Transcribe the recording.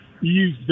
use